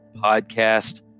podcast